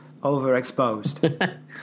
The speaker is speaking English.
overexposed